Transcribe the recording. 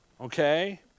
Okay